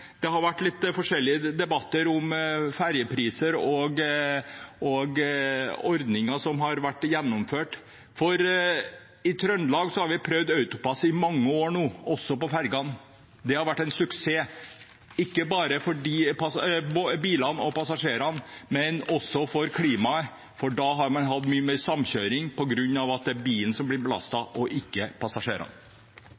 Det har vært litt forskjellige debatter om ferjepriser og ordninger som har vært gjennomført. I Trøndelag har vi prøvd AutoPASS i mange år nå, også på ferjene. Det har vært en suksess, ikke bare for bilene og passasjerene, men også for klimaet, for man har hatt mye mer samkjøring på grunn av at det er bilen som blir